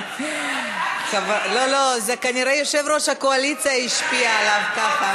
כנראה יושב-ראש הקואליציה השפיע עליו ככה.